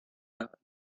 pas